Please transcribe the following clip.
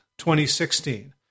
2016